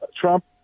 Trump